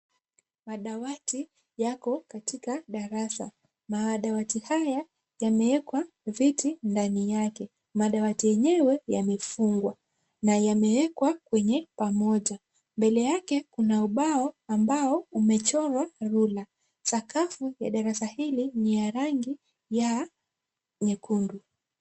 Madawati yako katika darasa. Madawati haya yameekwa viti ndani yake. Madawati yenyewe yamefungwa na yameekwa kwenye pamoja. Mbele yake kuna ubao ambao umechorwa ruler . Sakafu ya darasa hili ni ya rangi ya nyekundu.